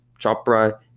Chopra